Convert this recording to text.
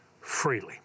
freely